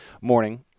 morning